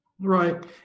Right